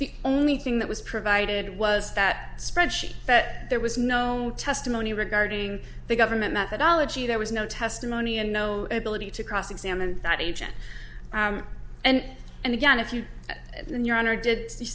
the only thing that was provided was that spreadsheet that there was no testimony regarding the government methodology there was no testimony and no ability to cross examine that agent and and again if you in your honor did